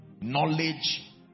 knowledge